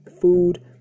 food